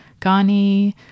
Ghani